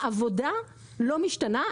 העבודה לא משתנה,